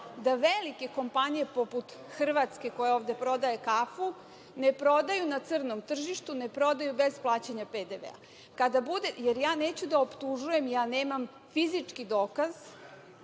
da velike kompanije poput Hrvatske, koja ovde prodaje kafu, ne prodaju na crnom tržištu, ne prodaju bez plaćanja PDV. Ja neću da optužujem, nemam fizički dokaz,